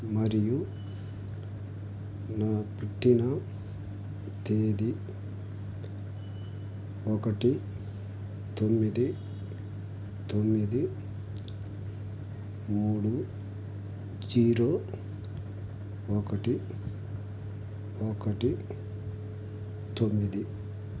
మరియు నా పుట్టిన తేదీ ఒకటి తొమ్మిది తొమ్మిది మూడు జీరో ఒకటి ఒకటి తొమ్మిది